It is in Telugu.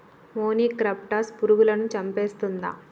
మొనిక్రప్టస్ పురుగులను చంపేస్తుందా?